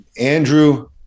Andrew